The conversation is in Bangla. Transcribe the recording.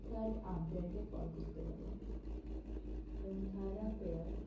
থার্ড আম্পায়ারকে কল করতে পারেন এবং থার্ড আম্পায়ার